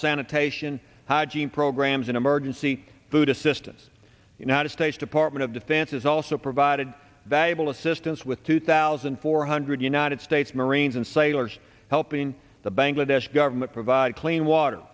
sanitation hygiene programs and emergency food assistance united states department of defense has also provided that able assistance with two thousand four hundred united states marines and sailors helping the bangladesh government provide clean water